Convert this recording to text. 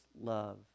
love